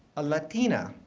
a latina,